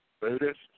Buddhist